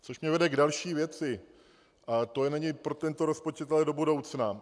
Což mě vede k další věci, a to není pro tento rozpočet, ale do budoucna.